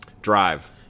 Drive